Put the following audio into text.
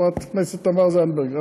חברת הכנסת תמר זנדברג.